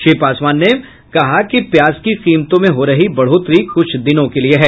श्री पासवान ने कहा कि प्याज की कीमतों में हो रही बढ़ोतरी कुछ दिनों के लिए है